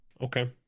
okay